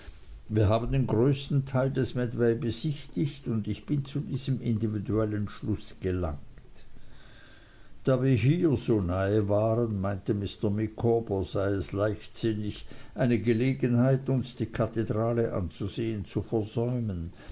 wir haben den größten teil der medway besichtigt und ich bin zu diesem individuellen schluß gelangt da wir hier so nahe waren meinte mr micawber sei es leichtsinnig eine gelegenheit uns die kathedrale anzusehen zu versäumen